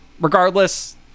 Regardless